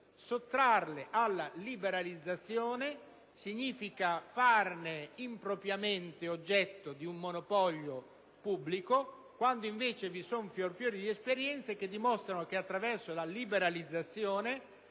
Sottrarle alla liberalizzazione significa farne impropriamente oggetto di un monopolio pubblico quando, invece, vi sono svariate esperienze che dimostrano che attraverso la liberalizzazione